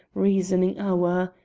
reasoning hour.